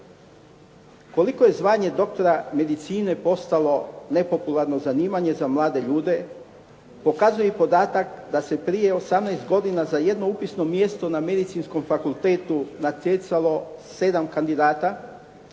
Koliko je zvanje doktora medicine postalo nepopularno zanimanje za mlade ljude pokazuje i podatak da se prije 18 godina za jedno upisno mjesto na Medicinskom fakultetu natjecalo 7 kandidata,